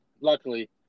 Luckily